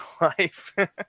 life